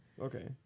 Okay